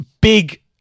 big